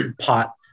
pot